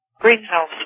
greenhouse